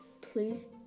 Please